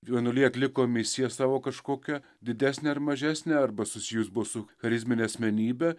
jaunuoliai atliko misiją savo kažkokią didesnę ar mažesnę arba susijus buvo su charizmine asmenybe